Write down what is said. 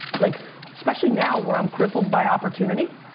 like especially now where i'm crippled by opportunity.